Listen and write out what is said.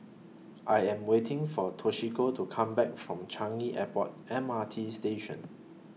I Am waiting For Toshiko to Come Back from Changi Airport M R T Station